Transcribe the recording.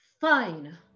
Fine